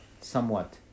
somewhat